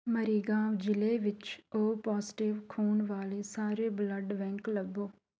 ਮਰੀਗਾਂਵ ਜ਼ਿਲ੍ਹੇ ਵਿੱਚ O positive ਖੂਨ ਵਾਲੇ ਸਾਰੇ ਬਲੱਡ ਬੈਂਕ ਲੱਭੋ